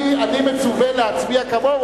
אני מצווה להצביע כמוהו,